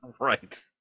right